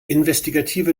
investigative